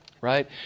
Right